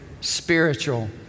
spiritual